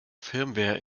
firmware